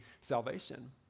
salvation